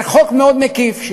זה חוק מאוד מקיף.